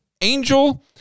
angel